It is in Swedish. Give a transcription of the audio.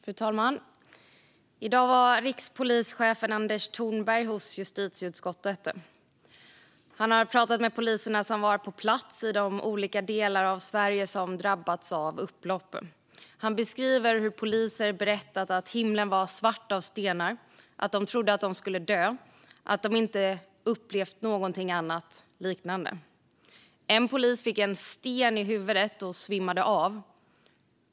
Fru talman! I dag var rikspolischefen Anders Thornberg i justitieutskottet. Han har pratat med poliserna som varit på plats i de olika delar av Sverige som drabbats av upplopp. Han beskrev hur poliser berättat att himlen var svart av stenar, att de trodde att de skulle dö och att de inte upplevt någonting liknande. En polis fick en sten i huvudet och svimmade av.